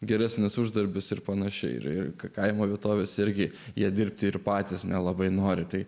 geresnis uždarbis ir pan ir ir kaimo vietovės irgi ją dirbti ir patys nelabai nori tai